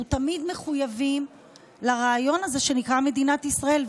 אנחנו תמיד מחויבים לרעיון הזה שנקרא מדינת ישראל,